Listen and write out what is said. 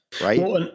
Right